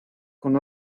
con